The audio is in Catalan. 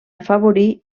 afavorir